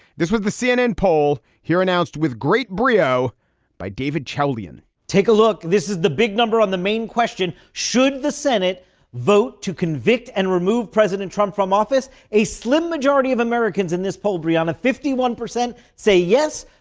this was the cnn poll here announced with great breo by david chalian take a look. this is the big number on the main question. should the senate vote to convict and remove president trump from office? a slim majority of americans in this poll, brianna. fifty one percent say yes.